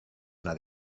una